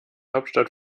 hauptstadt